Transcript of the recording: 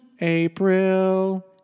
April